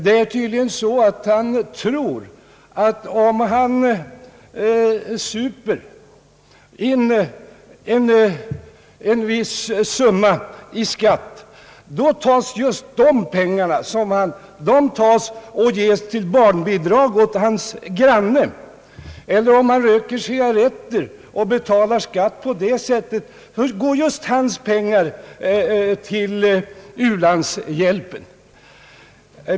Han tror tydligen, att om han super ihop en viss summa i skatt så ges just de pengarna som barnbidrag till hans granne och att om han röker cigarretter och betalar skatt på det sättet, så går just hans pengar till u-landshjälpen.